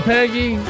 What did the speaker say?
Peggy